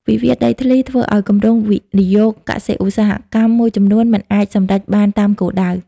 វិវាទដីធ្លីធ្វើឱ្យគម្រោងវិនិយោគកសិ-ឧស្សាហកម្មមួយចំនួន មិនអាចសម្រេចបានតាមគោលដៅ។